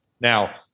Now